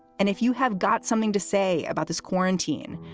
and if you have got something to say about this quarantine,